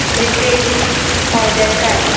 Ritesh Phaldesai